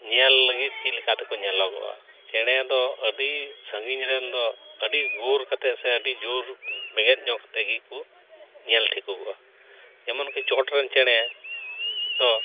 ᱧᱮᱞ ᱞᱟᱹᱜᱤᱫ ᱪᱮᱫ ᱞᱮᱠᱟᱛᱮᱠᱚ ᱧᱮᱞᱚᱜᱚᱜᱼᱟ ᱪᱮᱬᱮ ᱫᱚ ᱟᱹᱰᱤ ᱥᱟᱸᱜᱤᱧ ᱨᱮᱱ ᱫᱚ ᱟᱹᱰᱤ ᱜᱳᱨ ᱠᱟᱛᱮᱫ ᱥᱮ ᱟᱹᱰᱤ ᱡᱳᱨ ᱵᱮᱸᱜᱮᱫ ᱧᱚᱜ ᱠᱟᱛᱮᱫ ᱜᱮ ᱠᱚ ᱧᱮᱞ ᱴᱷᱤᱠᱚᱜᱚᱜᱼᱟ ᱡᱮᱢᱚᱱ ᱠᱤ ᱪᱚᱴ ᱨᱮᱱ ᱪᱮᱬᱮ ᱫᱚ